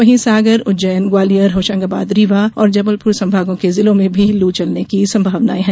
वहीं सागर उज्जैन ग्वालियर होशंगाबाद रीवा और जबलपुर संभागों के जिलों में भी लू चलने की संभावनायें है